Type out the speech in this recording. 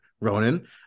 Ronan